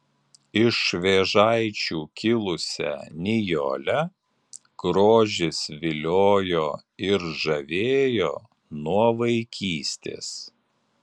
iš vėžaičių kilusią nijolę grožis viliojo ir žavėjo nuo vaikystės